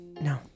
No